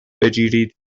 بگیرید